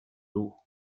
dos